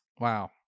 Wow